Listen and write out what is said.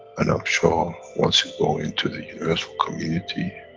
and i'm sure, um once you go into the universal community,